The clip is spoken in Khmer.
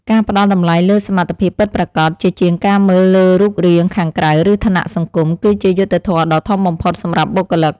ការផ្តល់តម្លៃលើសមត្ថភាពពិតប្រាកដជាជាងការមើលលើរូបរាងខាងក្រៅឬឋានៈសង្គម គឺជាយុត្តិធម៌ដ៏ធំបំផុតសម្រាប់បុគ្គលិក។